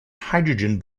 hydrogen